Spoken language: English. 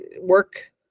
work